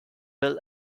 will